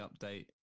update